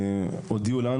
אחר כך הם הודיעו לנו